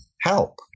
help